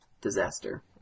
disaster